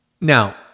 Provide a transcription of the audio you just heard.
Now